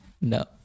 no